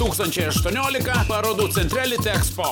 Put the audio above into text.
tūkstančiai aštuoniolika parodų centre litexpo